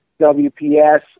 WPS